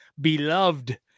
beloved